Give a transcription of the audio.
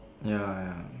ya ya